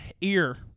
ear